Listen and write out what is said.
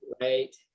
right